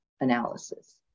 analysis